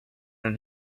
them